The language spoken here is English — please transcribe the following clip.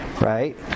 right